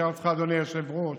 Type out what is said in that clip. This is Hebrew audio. תאר לעצמך, אדוני היושב-ראש,